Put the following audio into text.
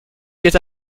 guet